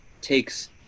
takes